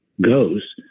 goes